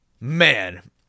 Man